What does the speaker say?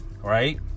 right